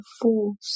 force